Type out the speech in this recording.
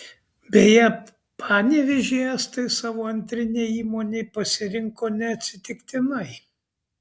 beje panevėžį estai savo antrinei įmonei pasirinko neatsitiktinai